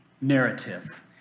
narrative